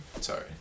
Sorry